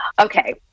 okay